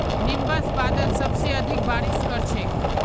nimbus बादल सबसे अधिक बारिश कर छेक